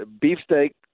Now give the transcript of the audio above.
beefsteak